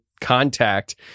contact